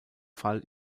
fall